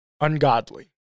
ungodly